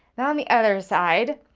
on the other side,